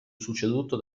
succeduto